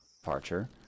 departure